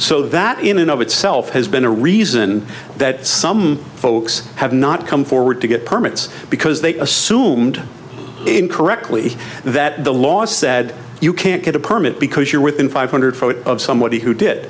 so that in and of itself has been a reason that some folks have not come forward to to get hermit's because they assumed incorrectly that the laws said you can't get a permit because you're within five hundred foot of somebody who did